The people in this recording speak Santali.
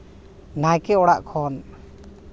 ᱱᱟᱭᱠᱮ ᱚᱲᱟᱜ ᱠᱷᱚᱱ